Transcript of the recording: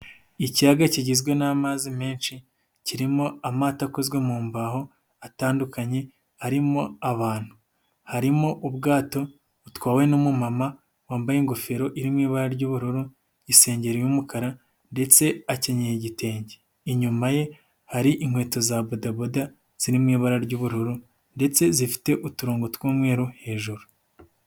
Ikiyaga kigizwe n'amazi menshi kirimo amato akozwe mu mbaho atandukanye, arimo abantu harimo ubwato butwawe n'umumama wambaye ingofero iri mu ibara ry'ubururu isengeri y'umukara ndetse akenyeye igitenge, inyuma ye hari inkweto za badaboda ziri mu ibara ry'ubururu ndetse zifite uturongo tw'umweru hejuru.